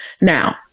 Now